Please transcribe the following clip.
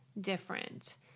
different